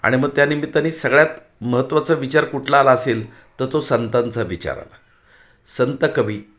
आणि मग त्या निमित्तानी सगळ्यात महत्त्वाचा विचार कुठला आला असेल तर तो संतांचा विचार आला संत कवी